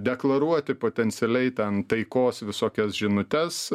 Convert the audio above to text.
deklaruoti potencialiai ten taikos visokias žinutes